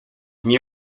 nie